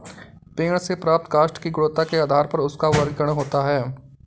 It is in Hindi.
पेड़ से प्राप्त काष्ठ की गुणवत्ता के आधार पर उसका वर्गीकरण होता है